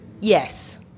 yes